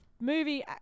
movie